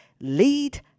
Lead